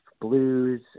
blues